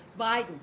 Biden